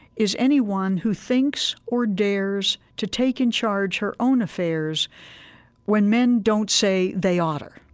is anyone who thinks or dares to take in charge her own affairs when men don't say they oughter.